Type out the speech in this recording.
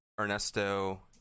Ernesto